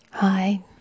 Hi